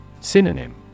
Synonym